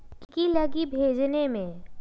की की लगी भेजने में?